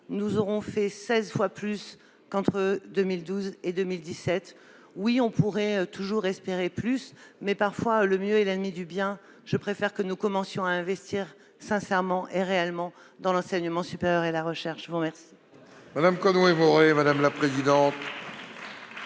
nous aurons fait seize fois plus qu'entre 2012 et 2017. Oui, on pourrait toujours espérer plus, mais le mieux est parfois l'ennemi du bien et je préfère que nous commencions à investir sincèrement et réellement dans l'enseignement supérieur et la recherche. La parole